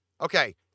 Okay